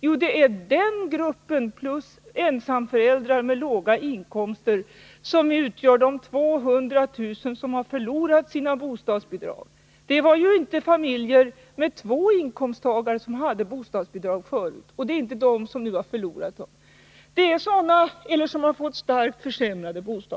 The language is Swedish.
Jo, det är den gruppen plus ensamföräldrar med låga inkomster som utgör de 200 000 som har förlorat sina bostadsbidrag. Det var ju inte familjer med två inkomsttagare som hade bostadsbidrag förut, och det är inte de som nu har förlorat dem eller fått dem starkt försämrade.